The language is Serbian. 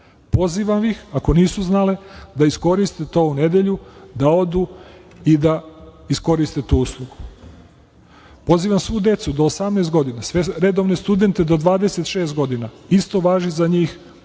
Pozivam ih, ako nisu znale, da iskoriste to u nedelju, da odu i da iskoriste tu uslugu. Pozivam svu decu do 18 godina, sve redovne studente do 26 godina, isto važi za njih,